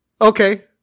Okay